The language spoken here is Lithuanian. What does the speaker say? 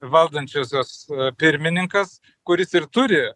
valdančiosios pirmininkas kuris ir turi